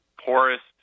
poorest